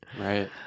right